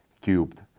Cubed